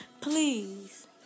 Please